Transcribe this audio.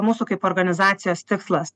mūsų kaip organizacijos tikslas